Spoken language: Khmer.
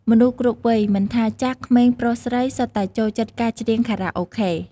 មនុស្សគ្រប់វ័យ មិនថាចាស់ ក្មេង ប្រុស ស្រី សុទ្ធតែចូលចិត្តការច្រៀងខារ៉ាអូខេ។